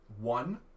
One